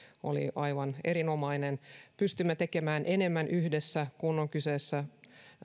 oli aivan erinomainen pystymme tekemään enemmän yhdessä kun on kyseessä